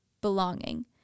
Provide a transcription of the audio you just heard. Belonging